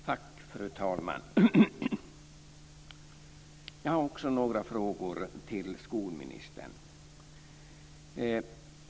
Fru talman! Jag har också några frågor till skolministern.